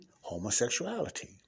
homosexuality